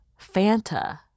Fanta